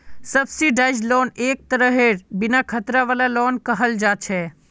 subsidised loan एक तरहेर बिन खतरा वाला लोन कहल जा छे